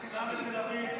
וגם בתל אביב.